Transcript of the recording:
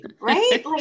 right